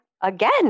again